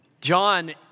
John